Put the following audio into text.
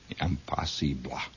Impossible